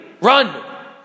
run